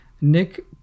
Nick